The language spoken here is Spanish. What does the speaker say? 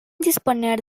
disponer